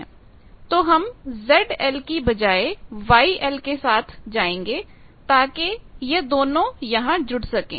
तो हम ZL की बजाए YL के साथ जाएंगे ताकि यह दोनों यहां जुड़ सकें